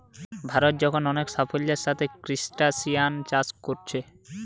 ভারত এখন অনেক সাফল্যের সাথে ক্রস্টাসিআন চাষ কোরছে